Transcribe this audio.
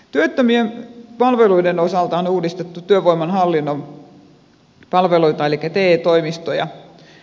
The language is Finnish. työttömien palveluiden osalta on uudistettu työvoimahallinnon palveluita elikkä te toimistoja